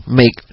make